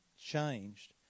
changed